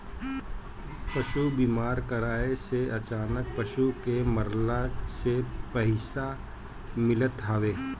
पशु बीमा कराए से अचानक पशु के मरला से पईसा मिलत हवे